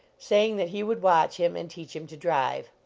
saying that he would watch him and teach him to drive.